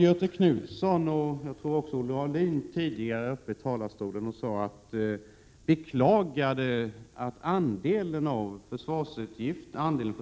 Göthe Knutson och, tror jag, också Olle Aulin beklagade tidigare från talarstolen att försvarsutgifternas andel